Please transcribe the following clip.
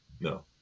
No